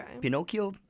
Pinocchio